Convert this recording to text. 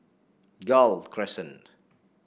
Gul Crescent